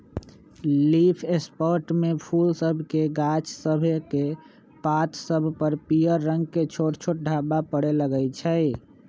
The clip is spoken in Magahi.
लीफ स्पॉट में फूल सभके गाछ सभकेक पात सभ पर पियर रंग के छोट छोट ढाब्बा परै लगइ छै